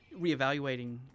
reevaluating